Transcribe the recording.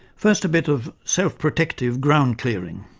first, a bit of self-protective ground-clearing.